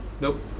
nope